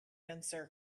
answer